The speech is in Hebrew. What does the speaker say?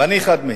ואני אחד מהם.